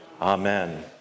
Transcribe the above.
Amen